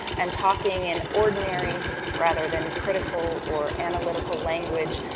and talking in ordinary, rather than critical or analytical language,